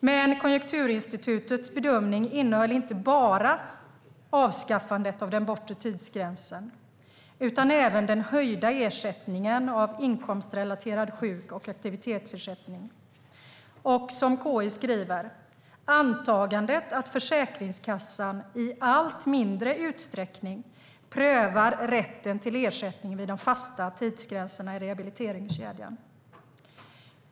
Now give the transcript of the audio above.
Men Konjunkturinstitutets bedömning innehöll inte bara avskaffandet av den bortre tidsgränsen utan även den höjda ersättningen av inkomstrelaterad sjuk och aktivitetsersättning, och, som KI skriver, antagandet "att Försäkringskassan i allt mindre utsträckning prövar rätten till ersättning vid de fasta tidsgränserna i rehabiliteringskedjan".